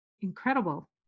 incredible